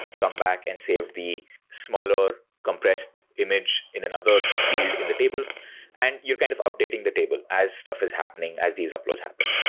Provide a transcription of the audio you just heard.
comeback and save the smaller, compressed image in another field in the table and you're kind of updating the table as stuff is happening, as these uploads happen.